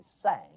sang